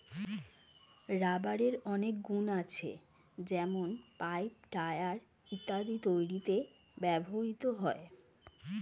রাবারের অনেক গুন আছে যেমন পাইপ, টায়র ইত্যাদি তৈরিতে ব্যবহৃত হয়